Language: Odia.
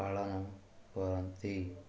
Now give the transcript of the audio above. ପାଳନ କରନ୍ତି